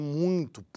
muito